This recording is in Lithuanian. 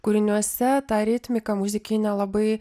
kūriniuose tą ritmiką muzikinę labai